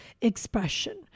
expression